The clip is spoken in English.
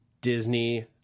Disney